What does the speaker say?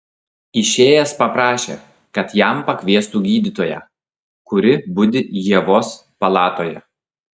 išėjęs paprašė kad jam pakviestų gydytoją kuri budi ievos palatoje